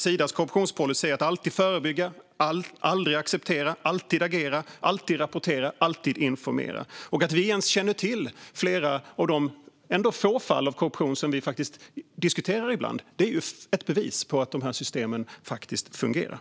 Sidas korruptionspolicy är att alltid förebygga, aldrig acceptera, alltid agera, alltid rapportera och alltid informera. Att vi ens känner till flera av de ändå få fall av korruption som vi diskuterar ibland är ett bevis på att de här systemen faktiskt fungerar.